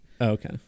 Okay